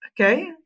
Okay